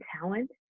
talent